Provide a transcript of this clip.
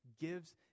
gives